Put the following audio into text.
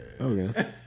Okay